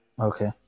Okay